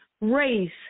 race